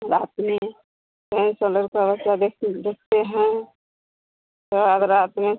रात में का लड़का बच्चा देख देखते हैं रात में